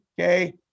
okay